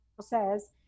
says